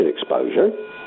exposure